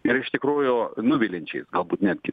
ir iš tikrųjų nuviliančiais galbūt netgi